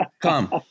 come